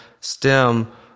stem